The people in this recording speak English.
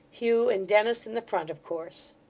hugh, and dennis in the front, of course.